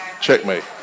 checkmate